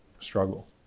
Struggle